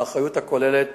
האחריות הכוללת